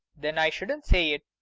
then i shouldn't say it.